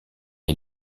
est